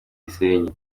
gisenyi